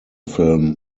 film